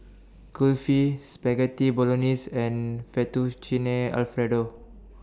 Kulfi Spaghetti Bolognese and Fettuccine Alfredo